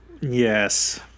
Yes